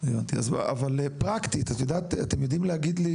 הבנתי, פרקטית אתן יודעות להגיד לי